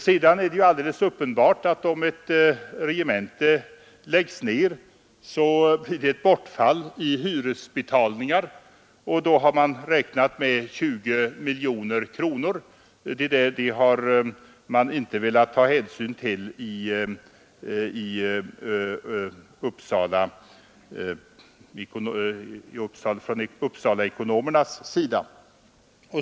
Sedan är det alldeles uppenbart att om ett regemente läggs ner så blir det ett bortfall av hyresbetalningar, man har räknat med 20 miljoner kronor. Det har man inte velat ta hänsyn till från Uppsalaekonomernas sida.